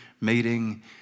meeting